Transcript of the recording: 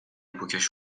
پوکش